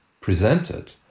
presented